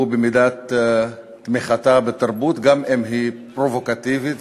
הוא במידת תמיכתה בתרבות גם אם היא פרובוקטיבית,